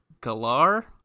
Galar